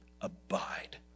Abide